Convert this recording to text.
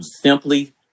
simply